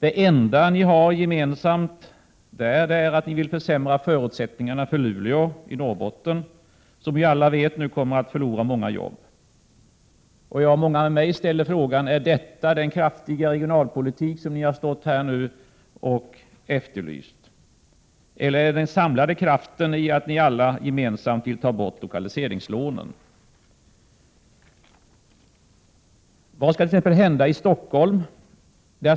Det enda ni har gemensamt är att ni vill försämra förutsättningarna för Luleå i Norrbotten, som vi alla vet kommer att förlora många jobb. Många med mig ställer frågan: Är detta den kraftfulla regionalpolitik som ni här har, eller är den samlande kraften det faktum att ni alla gemensamt vill ta bort lokaliseringslånen? Vad skall t.ex. hända i Stockholm?